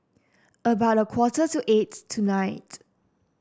about a quarter to eight tonight